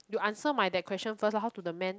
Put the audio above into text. you answer mine that question first lah how to the man